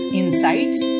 insights